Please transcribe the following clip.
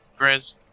Grizz